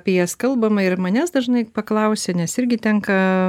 apie jas kalbama ir manęs dažnai paklausia nes irgi tenka